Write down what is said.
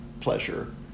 pleasure